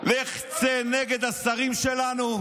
לך צא נגד השרים שלנו,